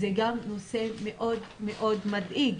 זה גם נושא מאוד מאוד מדאיג.